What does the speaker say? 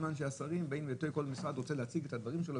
מכיוון שכל משרד רוצה להציג את הדברים שלו,